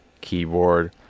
keyboard